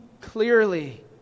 clearly